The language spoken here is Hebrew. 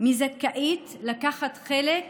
ומי זכאית לקחת חלק